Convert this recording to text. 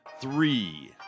three